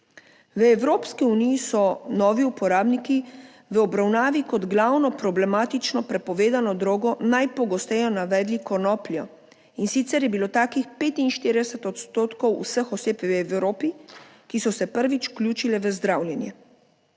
V Evropski uniji so novi uporabniki v obravnavi kot glavno problematično prepovedano drogo najpogosteje navedli konopljo, in sicer je bilo takih 45 odstotkov vseh oseb v Evropi, ki so se prvič vključile v zdravljenje.